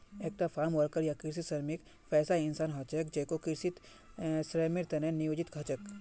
एकता farmworker या कृषि श्रमिक वैसा इंसान ह छेक जेको कृषित श्रमेर त न नियोजित ह छेक